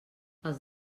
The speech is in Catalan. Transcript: els